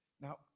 Now